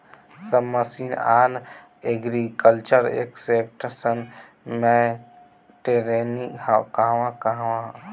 सब mission on agriculture extension मै टेरेनीं कहवा कहा होला?